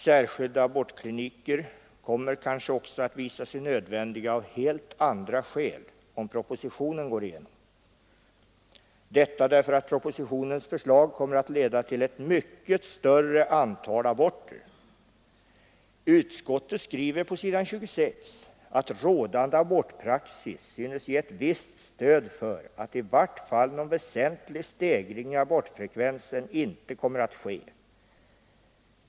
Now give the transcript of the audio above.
Särskilda abortkliniker kommer kanske också att visa sig nödvändiga av helt andra skäl om propositionen går igenom — detta därför att propositionens förslag kommer att leda till ett mycket större antal aborter. På s. 26 i sitt betänkande skriver utskottet: ”Rådande abortpraxis synes ge ett visst stöd för att i vart fall någon väsentlig stegring i abortfrekvensen inte kommer att ske.